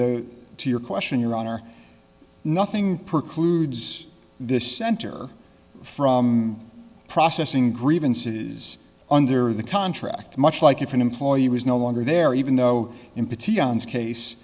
y to your question your honor nothing perk ludes this center from processing grievances under the contract much like if an employee was no longer there even though